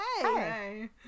Hey